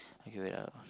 okay wait ah